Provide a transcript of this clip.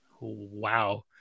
Wow